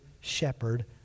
shepherd